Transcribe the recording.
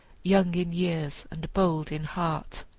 young in years and bold in heart.